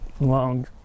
long